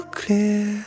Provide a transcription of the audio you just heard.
clear